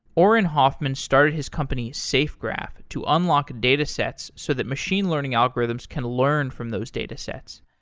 auren hoffman started his company, safegraph, to unlock datasets so that machine learning algorithms can learn from those datasets.